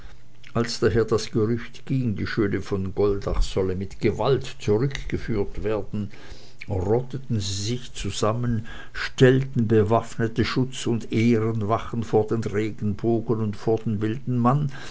als daher das gerücht ging die schöne von goldach solle mit gewalt zurückgeführt werden rotteten sie sich zusammen stellten bewaffnete schutz und ehrenwachen vor den regenbogen und vor den wilden mann